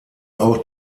auch